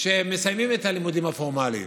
שהם מסיימים את הלימודים הפורמליים.